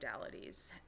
modalities